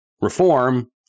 reform